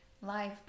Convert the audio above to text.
live